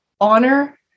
honor